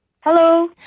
Hello